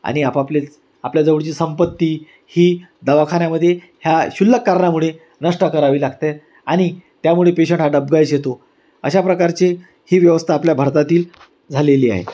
आणि आपापलेच आपल्याजवळची संपत्ती ही दवाखान्यामध्ये ह्या क्षुल्लक कारणामुळे नष्ट करावी लागते आणि त्यामुळे पेशंट हा डबघाईस येतो अशा प्रकारचे ही व्यवस्था आपल्या भारतातील झालेली आहे